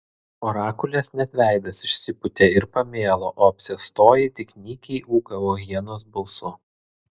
orakulės net veidas išsipūtė ir pamėlo o apsėstoji tik nykiai ūkavo hienos balsu